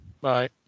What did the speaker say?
Bye